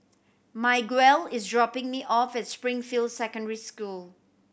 Miguel is dropping me off at Springfield Secondary School